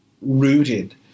rooted